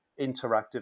interactive